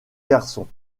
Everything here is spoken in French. garçons